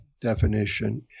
definition